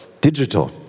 digital